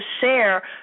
share